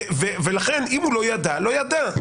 אם הוא לא ידע, לא ידע.